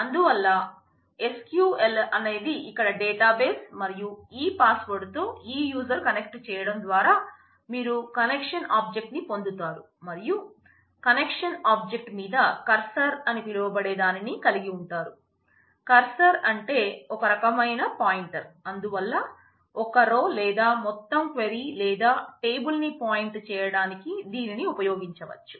అందువల్ల SQLS అనేది ఇక్కడ డేటాబేస్ మరియు ఈ పాస్ వర్డ్ తో ఈ యూజర్ కనెక్ట్ చేయడం ద్వారా మీరు కనెక్షన్ ఆబ్జెక్ట్ ని పాయింట్ చేయడానికి దీనిని ఉపయోగించవచ్చు